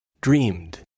dreamed